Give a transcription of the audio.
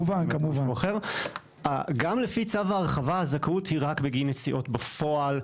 גם לפי צו ההרחבה הזכאות היא רק בגין נסיעות בפועל.